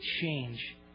change